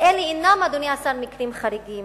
ואלה אינם, אדוני השר, מקרים חריגים.